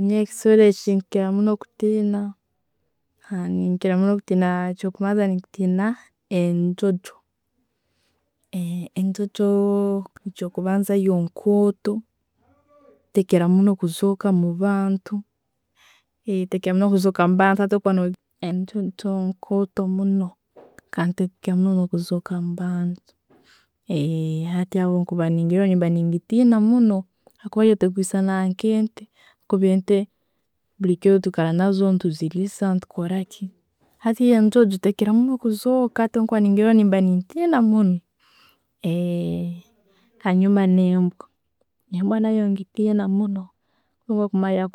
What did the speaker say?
Nyonwe ekisoro kyenkiira muno kutina, ekyokubanza, nentina enjojo. Enjojo ekyokubanza yo nkoto, tekira muno kuzooka mubantu, tekira muno kuzooka mubantu. Enjojo nkoto muno, tekira muno no'kuzooka mubantu, ati bwenkuba nengirora, mba nengitiina muno habwokuba yo tekwisaana nkente kuba ente, bulikiro twikaara nazo, tulisa, netukoraki. Hati yo enjonjo tekira muno kuzoka hati bwenkuba nengirora, mba nentina muno. Hanjuma nembwa, embwa nayonengitina muno, Obwekumalira